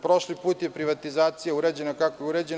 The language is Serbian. Prošli put je privatizacija urađena kako je urađena.